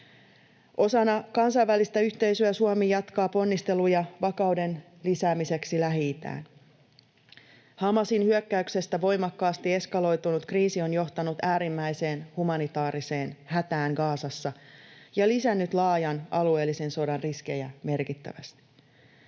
Osana kansainvälistä yhteisöä Suomi jatkaa ponnisteluja vakauden lisäämiseksi Lähi-itään. Hamasin hyökkäyksestä voimakkaasti eskaloitunut kriisi on johtanut äärimmäiseen humanitaariseen hätään Gazassa ja lisännyt laajan alueellisen sodan riskejä merkittävästi.